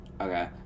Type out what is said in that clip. Okay